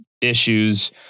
issues